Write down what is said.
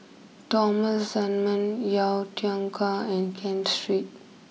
Thomas Dunman Yau Tian Car and Ken Street